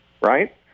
right